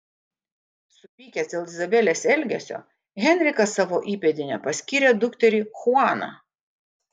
supykęs dėl izabelės elgesio henrikas savo įpėdine paskyrė dukterį chuaną